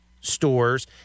stores